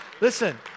Listen